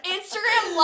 Instagram